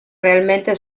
realmente